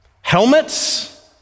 helmets